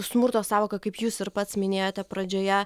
smurto sąvoka kaip jūs ir pats minėjote pradžioje